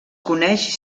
coneix